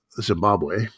Zimbabwe